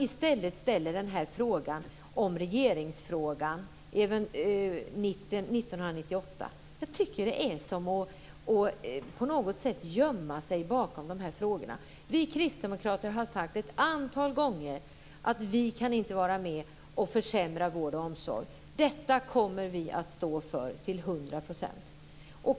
I stället ställer hon frågan om regeringsbildningen i mitten av 1998. Jag tycker att det på något sätt är som att gömma sig bakom de här frågorna. Vi kristdemokrater har sagt ett antal gånger att vi inte kan vara med och försämra vård och omsorg. Detta kommer vi att stå för till 100 %.